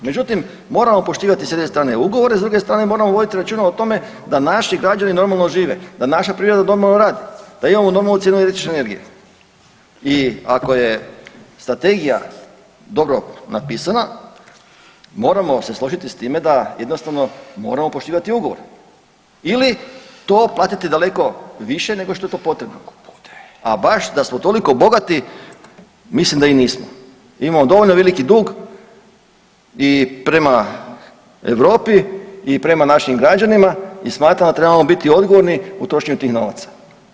Međutim, moramo poštivati s jedne strane ugovore, s druge strane moramo voditi računa o tome da naši građani normalno žive, da naša privreda normalno radi, da imamo normalnu cijenu električne energije i ako je strategija dobro napisana moramo se složiti s time da jednostavno moramo poštivati ugovore ili to platiti daleko više nego što je to potrebno, a baš da smo toliko bogati mislim da i nismo, imamo dovoljno veliki dug i prema Europi i prema našim građanima i smatram da trebamo biti odgovorni u trošenju tih novaca.